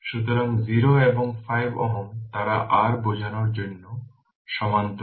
সুতরাং 0 এবং 5 Ω তারা r বোঝার জন্য সমান্তরাল